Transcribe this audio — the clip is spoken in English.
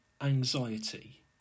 anxiety